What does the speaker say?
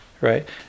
right